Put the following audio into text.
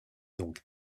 donc